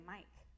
Mike